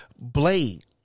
blade